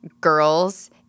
girls